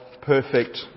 perfect